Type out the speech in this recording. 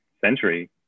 century